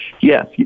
Yes